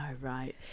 right